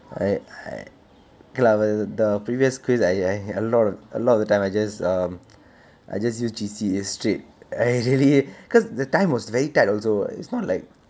I I K lah but the previous quiz I I had a lot of a lot of the time I just um I just use G_C use straight I really cause the time was very tight also it's not like